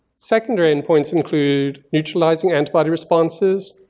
secondary endpoints include neutralizing antibody responses,